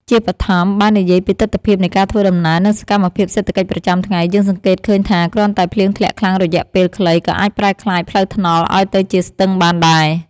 ជាបឋម បើនិយាយពីទិដ្ឋភាពនៃការធ្វើដំណើរ និងសកម្មភាពសេដ្ឋកិច្ចប្រចាំថ្ងៃ យើងសង្កេតឃើញថា គ្រាន់តែភ្លៀងធ្លាក់ខ្លាំងរយៈពេលខ្លី ក៏អាចប្រែក្លាយផ្លូវថ្នល់ឱ្យទៅជាស្ទឹងបានដែរ។